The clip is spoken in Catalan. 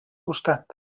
costat